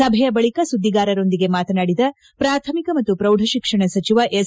ಸಭೆಯ ಬಳಿಕ ಸುದ್ದಿಗಾರರೊಂದಿಗೆ ಮಾತನಾಡಿದ ಪ್ರಾಥಮಿಕ ಮತ್ತು ಪ್ರೌಢ ಶಿಕ್ಷಣ ಸಚಿವ ಎಸ್